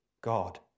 God